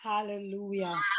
Hallelujah